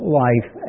life